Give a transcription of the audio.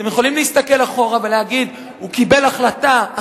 אתם יכולים להסתכל אחורה ולהגיד: הוא קיבל החלטה,